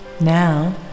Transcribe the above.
now